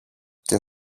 και